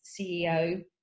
CEO